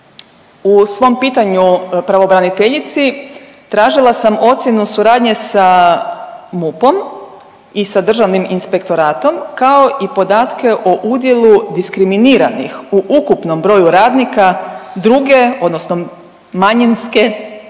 U svom pitanju pravobraniteljici tražila sam ocjenu suradnje sa MUP-om i sa Državnim inspektoratom kao i podatke o udjelu diskriminiranih u ukupnom broju radnika druge, odnosno manjinske